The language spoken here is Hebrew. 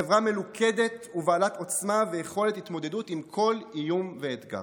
חברה מלוכדת ובעלת עוצמה ויכולת התמודדות עם כל איום ואתגר.